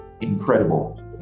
incredible